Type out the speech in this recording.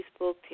Facebook